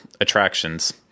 Attractions